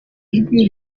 ijwi